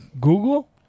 Google